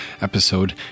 episode